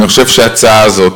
אני חושב שההצעה הזאת,